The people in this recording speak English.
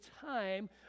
time